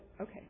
okay